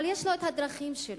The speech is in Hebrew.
אבל יש לו הדרכים שלו.